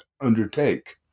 undertake